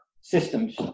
system's